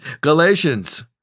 Galatians